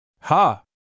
Ha